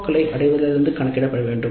க்களை அடைவதிலிருந்து கணக்கிட பட வேண்டும்